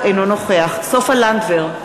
נגד סופה לנדבר,